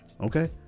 Okay